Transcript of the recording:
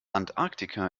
antarktika